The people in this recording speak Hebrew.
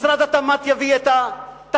משרד התמ"ת יביא את התקנות,